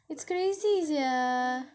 it's crazy sia